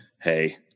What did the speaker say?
Hey